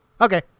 Okay